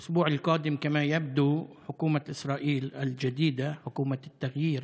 חוק איסור איחוד משפחות, חוק האזרחות.